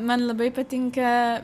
man labai patinka